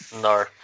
No